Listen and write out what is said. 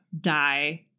die